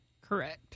Correct